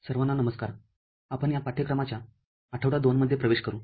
सर्वांना नमस्कारआपण या पाठ्यक्रमाच्या आठवडा २ मध्ये प्रवेश करू